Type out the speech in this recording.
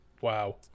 Wow